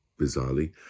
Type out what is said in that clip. Bizarrely